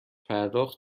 پرداخت